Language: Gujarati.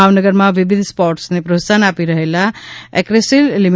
ભાવનગરમાં વિવિધ સ્પોર્ટસને પ્રોત્સાહન આપી રહેલા એક્રેસિલ લી